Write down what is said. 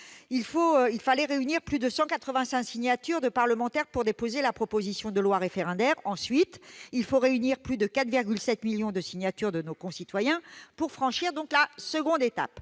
il faut réunir plus de 185 signatures de parlementaires pour déposer la proposition de loi référendaire. Ensuite, il est nécessaire de réunir plus de 4,7 millions de signatures de nos concitoyens pour franchir la seconde étape,